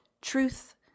truth